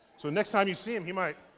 so next time you see him, he might.